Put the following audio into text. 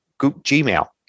Gmail